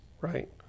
right